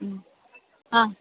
हां